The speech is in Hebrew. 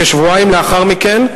כשבועיים לאחר מכן,